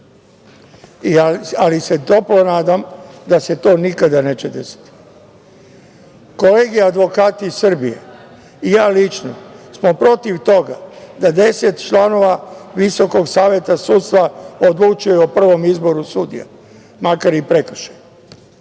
ali se toplo nadam da se to nikada neće desiti. Kolege advokati iz Srbije i ja lično smo protiv toga da deset članova Visokog saveta sudstva odlučuje o prvom izboru sudija, makar i prekršajnih.